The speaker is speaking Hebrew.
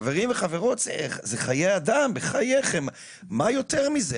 חברים וחברות, זה חיי אדם, בחייכם, מה יותר מזה?